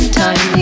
time